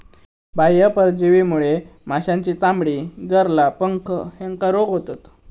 बाह्य परजीवीमुळे माशांची चामडी, गरला, पंख ह्येका रोग होतत